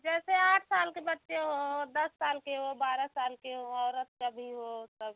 जैसे आठ साल के बच्चे हो दस साल के हो बारह साल के हो औरत का भी हो सब